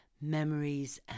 memories